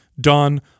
done